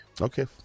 Okay